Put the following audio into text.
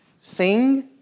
Sing